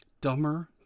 Dumber